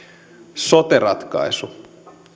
sote ratkaisu